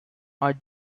are